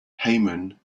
hyman